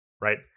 right